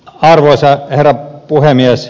arvoisa herra puhemies